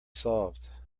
solved